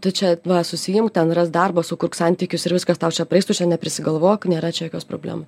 tu čia va susiimk ten rask darbą sukurk santykius ir viskas tau čia praeis tu čia neprisigalvok nėra čia jokios problemų